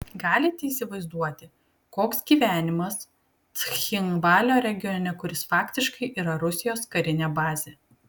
galite įsivaizduoti koks gyvenimas cchinvalio regione kuris faktiškai yra rusijos karinė bazė